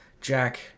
Jack